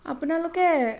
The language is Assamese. আপোনালোকে